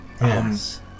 Yes